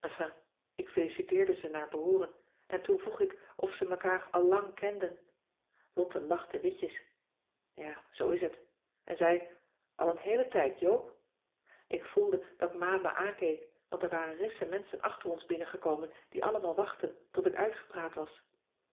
ik feliciteerde ze naar behooren en toen vroeg ik of ze mekaar allang kenden lotte lachte witjes ja zoo is het en zei al een heelen tijd joop ik voelde dat ma me aankeek want er waren rissen menschen achter ons binnengekomen die allemaal wachtten tot ik uitgepraat was